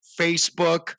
Facebook